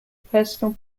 personal